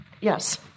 Yes